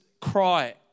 cry